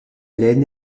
allen